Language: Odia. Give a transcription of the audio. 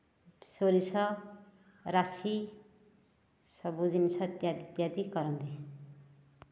ସୋରିଷ ରାଶି ସବୁ ଜିନିଷ ଇତ୍ୟାଦି ଇତ୍ୟାଦି କରନ୍ତି